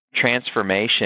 transformation